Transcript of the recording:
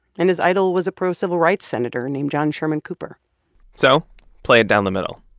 and his idol was a pro-civil rights senator named john sherman cooper so play it down the middle.